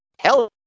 Hell